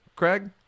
Craig